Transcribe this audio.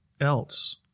else